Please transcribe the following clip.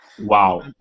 Wow